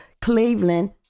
Cleveland